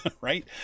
right